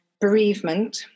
bereavement